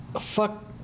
Fuck